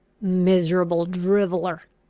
miserable driveller!